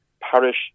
parish